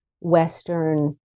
Western